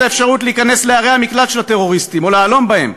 האפשרות להיכנס לערי המקלט של הטרוריסטים או להלום בהן,